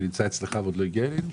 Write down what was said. שנמצא אצלך ועוד לא הגיע לוועדה?